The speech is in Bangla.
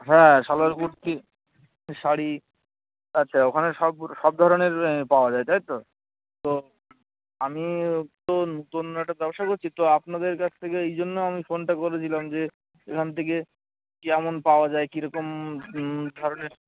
হ্যাঁ সালোয়ার কুর্তি শাড়ি আচ্ছা ওখানে সব সব ধরনের পাওয়া যায় তাই তো তো আমি তো নতুন একটা ব্যবসা করছি তো আপনাদের কাছ থেকে এই জন্য আমি ফোনটা করেছিলাম যে এখান থেকে কেমন পাওয়া যায় কিরকম ধরনের